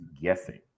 guessing